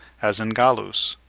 as in gallus.